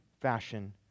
fashion